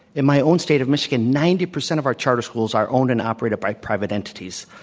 in my own state of michigan, ninety percent of our charter schools are owned and operated by private entities.